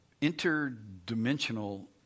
interdimensional